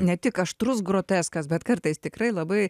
ne tik aštrus groteskas bet kartais tikrai labai